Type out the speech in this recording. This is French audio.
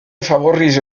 favorise